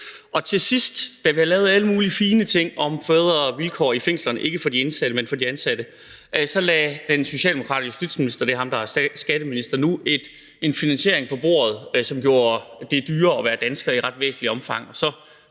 og til sidst, da vi havde lavet alle mulige fine ting om bedre vilkår i fængslerne – ikke for de indsatte, men for de ansatte – så lagde den socialdemokratiske justitsminister, som er ham, der er skatteminister nu, en finansiering på bordet, som i ret væsentligt omfang